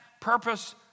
purpose